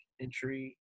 entry